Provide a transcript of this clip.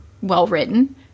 well-written